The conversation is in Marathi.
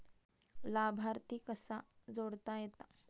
लाभार्थी कसा जोडता येता?